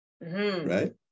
right